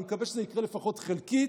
אני מקווה שזה יקרה לפחות חלקית,